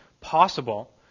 possible